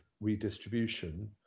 redistribution